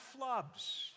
flubs